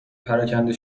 پراکنده